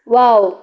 wow